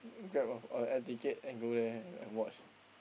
grab of a air ticket and go there and watch